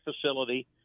facility